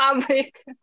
public